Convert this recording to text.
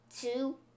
two